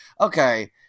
okay